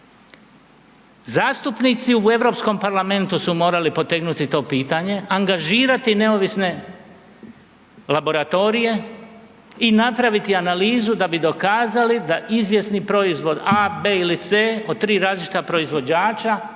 Zastupnici u Europskom parlamentu su morali potegnuti to pitanje, angažirati neovisne laboratorije i napraviti analizu da bi dokazali da izvjesni proizvod a, b ili c od tri različita proizvođača